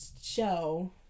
show